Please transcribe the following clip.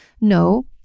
no